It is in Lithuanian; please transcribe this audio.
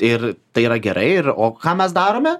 ir tai yra gerai ir o ką mes darome